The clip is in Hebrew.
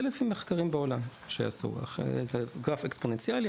זה לפי מחקרים שעשו בעולם זה גרף אקספוננציאלי,